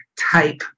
type